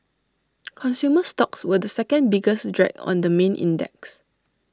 consumer stocks were the second biggest drag on the main index